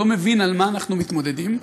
לא מבין עם מה אנחנו מתמודדים,